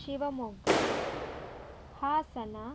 Shivamogga Hassan